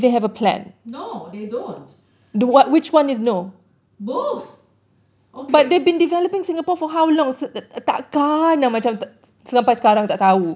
no they don't both okay